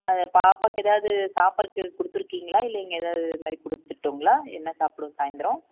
அது பாப்பாக்கு ஏதாவது சாப்புடுறக்கு கொடுத்துருக்கிங்களா இல்லை நீங்கள் எதாவது இந்த மாதிரி கொடுத்துருட்டுங்களா என்ன சாப்பிடும் சாய்ந்திரம்